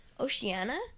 Oceania